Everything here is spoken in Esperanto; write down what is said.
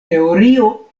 teorio